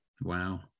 Wow